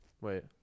Wait